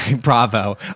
Bravo